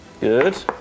Good